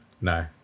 no